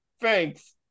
Thanks